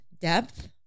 depth